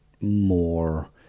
more –